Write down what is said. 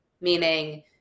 meaning